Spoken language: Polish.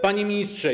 Panie Ministrze!